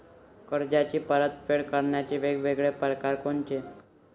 कर्जाची परतफेड करण्याचे वेगवेगळ परकार कोनचे?